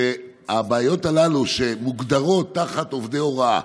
שהבעיות הללו שמוגדרות תחת עובדי הוראה,